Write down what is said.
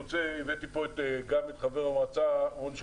הבאתי לכאן גם את חבר המועצה רון שגן,